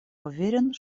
уверен